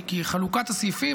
כי חלוקת הסעיפים